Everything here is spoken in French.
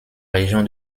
région